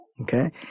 okay